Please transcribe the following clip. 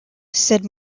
said